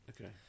Okay